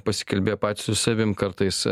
pasikalbėję patys su savim kartais